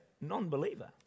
non-believer